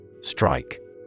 Strike